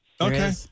Okay